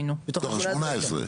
כן.